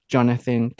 Jonathan